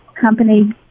company